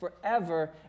forever